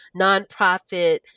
nonprofit